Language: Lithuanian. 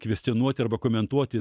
kvestionuoti arba komentuoti